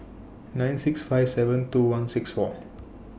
nine six five seven two one six four